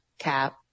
cap